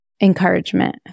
encouragement